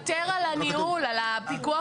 אבל אתה מוותר על הניהול, על הפיקוח על הניהול.